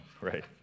Right